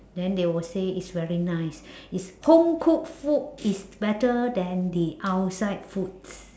then they will say it's very nice it's homecooked food is better than the outside foods